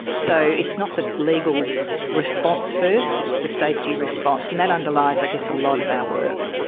so it's not the legal response first, it's the safety response. and that underlies i guess a lot of our work.